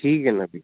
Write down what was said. ठीक है ना जी